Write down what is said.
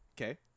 okay